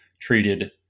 treated